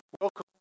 welcome